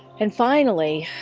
and finally